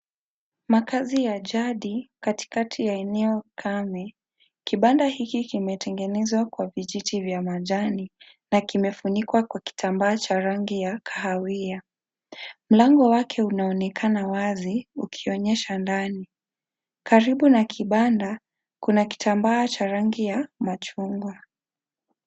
Makazi ya jadi katikati ya eneo kame. Kibanda hiki kimetengenezwa kwa vijiti vya majani na kimefunikwa kwa kitambaa cha rangi ya kahawia. Mlango wake unaonekana wazi ukionyesha ndani. Karibu na kibanda kuna kitambaa cha rangi ya machungwa.